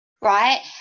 right